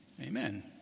amen